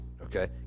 Okay